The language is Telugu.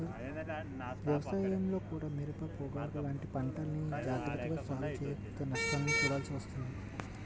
వ్యవసాయంలో కూడా మిరప, పొగాకు లాంటి పంటల్ని జాగర్తగా సాగు చెయ్యకపోతే నష్టాల్ని చూడాల్సి వస్తుంది